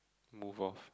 move off